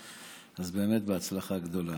אז באמת בהצלחה גדולה.